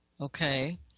Okay